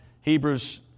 Hebrews